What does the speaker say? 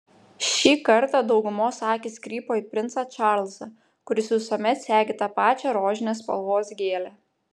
šį kartą daugumos akys krypo į princą čarlzą kuris visuomet segi tą pačią rožinės spalvos gėlę